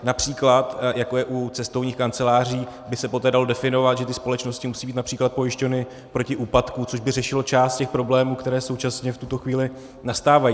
Například jako je u cestovních kanceláří, aby se poté dalo definovat, že ty společnosti musí být například pojištěny proti úpadku, což by řešilo část těch problémů, které současně v tuto chvíli nastávají.